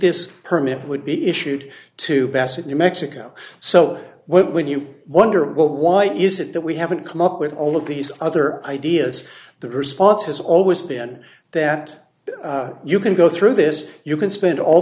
this permit would be issued to besuch new mexico so when you wonder well why is it that we haven't come up with all of these other ideas the response has always been that you can go through this you can spend all